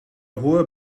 hohe